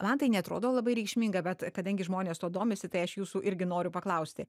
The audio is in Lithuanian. man tai neatrodo labai reikšminga bet kadangi žmonės tuo domisi tai aš jūsų irgi noriu paklausti